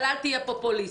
אל תהיה פופוליסט.